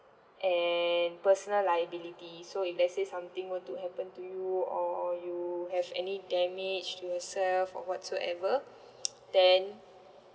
and personal liability so if let's say something will do okay oh oh you catch any damage to yourself or whatsoever then